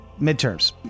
Midterms